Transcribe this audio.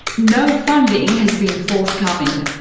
no funding has been forthcoming,